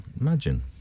Imagine